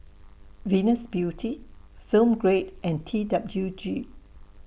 Venus Beauty Film Grade and T W G